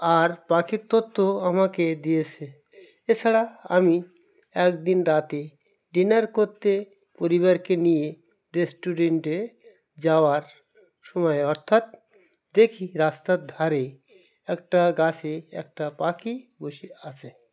আর পাখির তত্ত্ব আমাকে দিয়েছে এছাড়া আমি একদিন রাতে ডিনার করতে পরিবারকে নিয়ে রেস্টুরেন্টে যাওয়ার সময় অর্থাৎ দেখি রাস্তার ধারে একটা গাছে একটা পাখি বসে আছে